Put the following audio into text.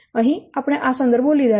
અહીં આપણે આ સંદર્ભો લીધા છે